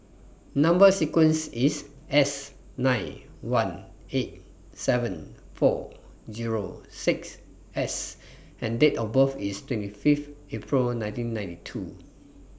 Number sequence IS S nine one eight seven four Zero six S and Date of birth IS twenty Fifth April nineteen ninety two